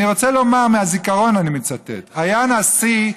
אני רוצה לומר, מהזיכרון אני מצטט, שהיה נשיא,